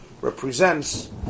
represents